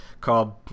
called